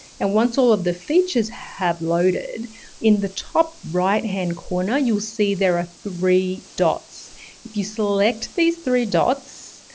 and once all of the features have loaded in the top right-hand corner, you'll see there are three dots. if you select these three dots,